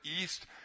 east